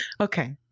okay